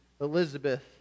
Elizabeth